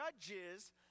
judges